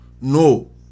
No